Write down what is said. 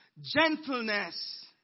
gentleness